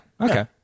Okay